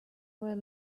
were